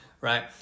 right